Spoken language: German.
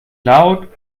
laut